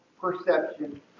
perception